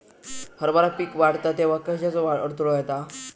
हरभरा पीक वाढता तेव्हा कश्याचो अडथलो येता?